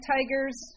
Tiger's